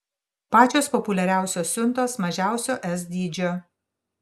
pačios populiariausios siuntos mažiausio s dydžio